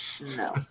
No